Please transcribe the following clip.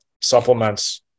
supplements